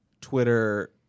Twitter